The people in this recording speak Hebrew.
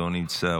לא נמצא,